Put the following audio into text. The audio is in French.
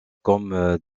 comme